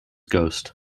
ghost